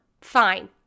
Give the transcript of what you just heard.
Fine